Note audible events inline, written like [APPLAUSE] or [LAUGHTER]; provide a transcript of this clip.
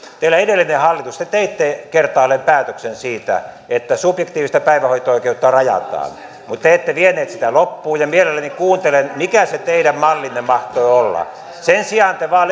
teitte edellinen hallitus kertaalleen päätöksen siitä että subjektiivista päivähoito oikeutta rajataan mutta te ette vieneet sitä loppuun ja mielelläni kuuntelen mikä se teidän mallinne mahtoi olla sen sijaan te vain [UNINTELLIGIBLE]